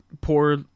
poor